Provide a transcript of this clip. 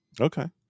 Okay